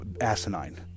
asinine